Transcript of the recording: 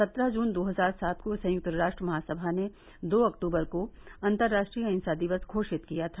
सत्रह जून दो हजार सात को संयुक्त राष्ट्र महासभा ने दो अक्तूबर को अंतरराष्ट्रीय अहिंसा दिवस घोषित किया था